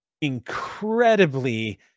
incredibly